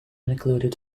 included